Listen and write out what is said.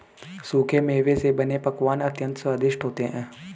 सूखे मेवे से बने पकवान अत्यंत स्वादिष्ट होते हैं